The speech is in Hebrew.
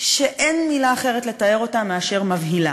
שאין מילה אחרת מלתאר אותה מאשר מבהילה.